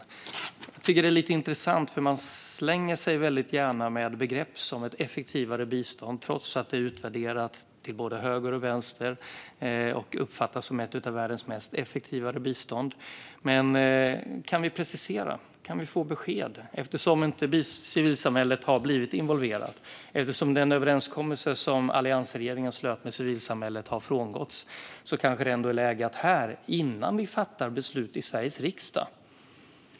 Jag tycker att det är lite intressant, för ni slänger er gärna med begrepp som ett effektivare bistånd trots att svenskt bistånd är utvärderat till både höger och vänster och uppfattas som ett av världens mest effektiva. Kan ni precisera? Kan vi få besked? Eftersom civilsamhället inte har blivit involverat och eftersom den överenskommelse som alliansregeringen slöt med civilsamhället har frångåtts kanske det är läge att lämna besked här och nu innan vi fattar beslut i Sveriges riksdag.